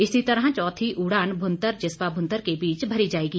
इसी तरह चौथी उड़ान भुंतर जिस्पा भुंतर के बीच भरी जाएगी